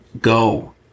go